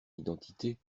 identité